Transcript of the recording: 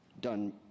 done